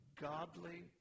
godly